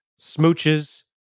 smooches